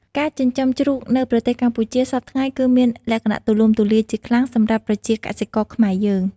ការចិញ្ចឹមជ្រូកនៅប្រទេសកម្ពុជា សព្វថ្ងៃគឺមានលក្ខណៈទូលំទូលាយជាខ្លាំងសម្រាប់ប្រជាកសិករខ្មែរយើង។